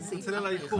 אני מתנצל על האיחור.